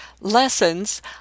lessons